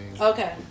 Okay